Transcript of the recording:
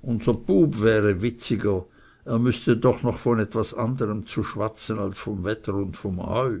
unser bub wäre witziger er wüßte doch noch von etwas anderem zu schwatzen als vom wetter und vom heu